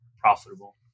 profitable